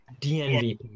dnvp